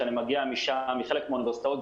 אני מגיע מחלק מהאוניברסיטאות,